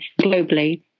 globally